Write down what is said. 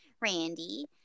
Randy